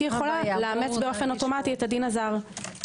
יכולה לאמץ באופן אוטומטי את הדין הזר.